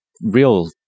real